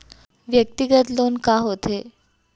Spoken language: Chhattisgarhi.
व्यक्तिगत लोन का होथे?